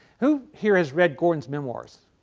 who here has read gordon's memoirs?